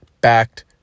backed